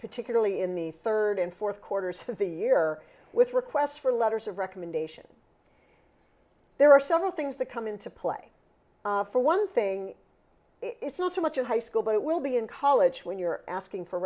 particularly in the third and fourth quarters for the year with requests for letters of recommendation there are several things that come into play for one thing it's not so much a high school but it will be in college when you're asking for